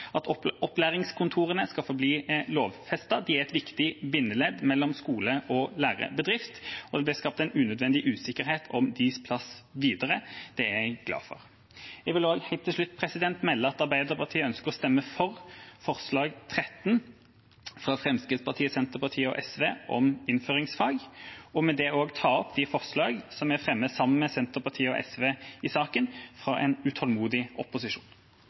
at opplæringskontorene skal forbli lovfestet. De er et viktig bindeledd mellom skole og lærebedrift, og det ble skapt en unødvendig usikkerhet om deres plass videre. Så det er jeg glad for. Jeg vil helt til slutt melde at Arbeiderpartiet ønsker å stemme for forslag nr. 13, fra Fremskrittspartiet, Senterpartiet og SV, om innføringsfag. Og jeg vil med dette ta opp de forslagene som vi fremmer sammen med Senterpartiet og SV i saken – forslag fra en utålmodig opposisjon.